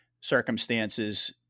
circumstances